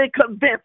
convinced